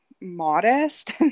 modest